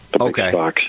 Okay